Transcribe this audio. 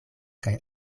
kaj